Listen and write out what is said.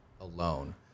alone